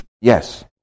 yes